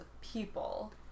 people